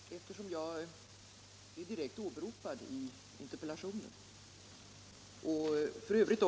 Herr talman! Eftersom jag är direkt åberopad i interpellationen och f.ö.